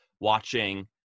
watching